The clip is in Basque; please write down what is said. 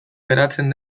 geratzen